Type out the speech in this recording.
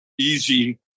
easy